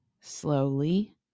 slowly